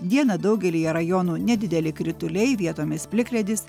dieną daugelyje rajonų nedideli krituliai vietomis plikledis